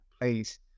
place